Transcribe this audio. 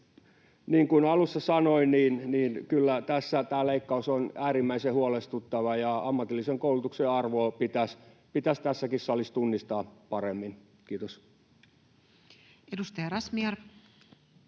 kuin alussa sanoin, kyllä tässä tämä leikkaus on äärimmäisen huolestuttava, ja ammatillisen koulutuksen arvoa pitäisi tässäkin salissa tunnistaa paremmin. — Kiitos. Edustaja Razmyar.